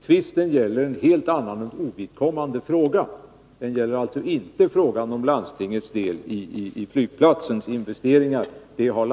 Tvisten gäller en helt annan och ovidkommande fråga, inte landstingets del i flygplatsens investeringar.